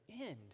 end